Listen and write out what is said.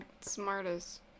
smartest